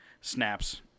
snaps